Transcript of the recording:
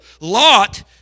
lot